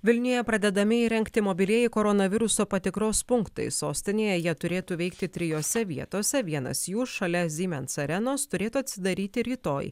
vilniuje pradedami įrengti mobilieji koronaviruso patikros punktai sostinėje jie turėtų veikti trijose vietose vienas jų šalia siemens arenos turėtų atsidaryti rytoj